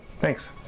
Thanks